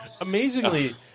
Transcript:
Amazingly